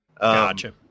Gotcha